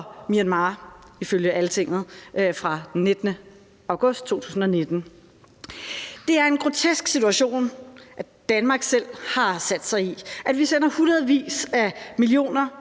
Myanmar, ifølge Altinget fra den 19. august 2019. Det er en grotesk situation, Danmark selv har sat sig i: at vi sender hundredvis af millioner